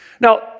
Now